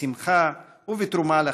בשמחה ובתרומה לכלל.